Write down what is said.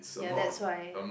ya that's why